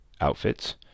outfits